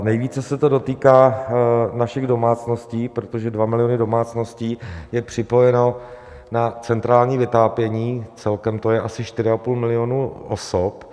Nejvíce se to dotýká našich domácností, protože 2 miliony domácností jsou připojeny na centrální vytápění, celkem to je asi 4,5 milionu osob.